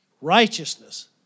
Righteousness